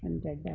ಹಂಡ್ರೆಡಾ